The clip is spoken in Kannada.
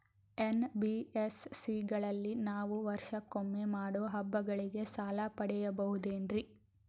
ಎನ್.ಬಿ.ಎಸ್.ಸಿ ಗಳಲ್ಲಿ ನಾವು ವರ್ಷಕೊಮ್ಮೆ ಮಾಡೋ ಹಬ್ಬಗಳಿಗೆ ಸಾಲ ಪಡೆಯಬಹುದೇನ್ರಿ?